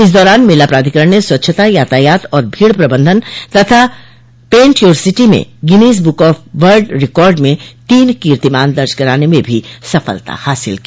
इस दौरान मेला प्राधिकरण ने स्वच्छता यातायात और भीड़ प्रबंधन तथा पेंट योर सिटी में Guinness book of world record में तीन कीर्तिमान दर्ज कराने में भी सफलता हासिल की